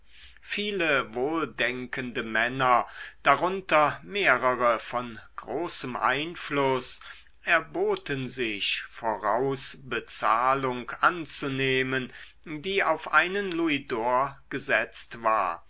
viele wohldenkende männer darunter mehrere von großem einfluß erboten sich vorausbezahlung anzunehmen die auf einen louisdor gesetzt war